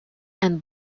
and